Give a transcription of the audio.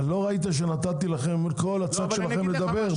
לא ראית שנתתי לכל הצד שלכם לדבר?